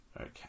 Okay